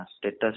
status